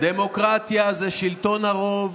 תעשה משאל עם, דמוקרטיה זה שלטון הרוב